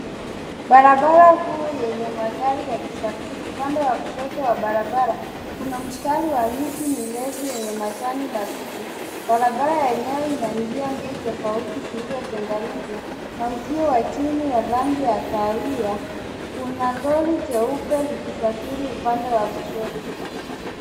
Barabara kuu yenye magari yakisafiri upande wa kushoto wa barabara. Kuna mstari wa miti mirefu yenye majani mabichi. Barabara yenyewe ina njia mbili tofauti zilizotenganishwa na uzio wa chini wa rangi ya kahawia. Kuna lori jeupe likisafiri upande wa kushoto.